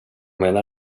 menar